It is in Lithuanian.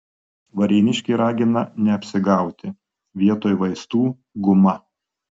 varėniškė ragina neapsigauti vietoj vaistų guma